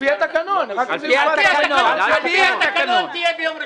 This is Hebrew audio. פי התקנון היא תהיה ביום ראשון.